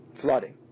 flooding